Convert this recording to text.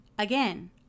again